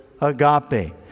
agape